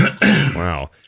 wow